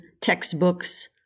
textbooks